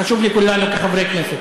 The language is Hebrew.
חשוב לכולנו כחברי כנסת: